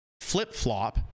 flip-flop